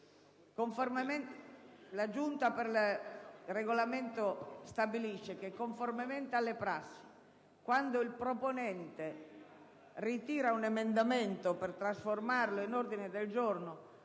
La Giunta per il Regolamento ha così stabilito: «Conformemente alla prassi, quando il proponente ritira un emendamento per trasformarlo in ordine del giorno